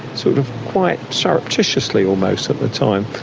sort of quite surreptitiously almost at the time.